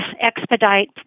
expedite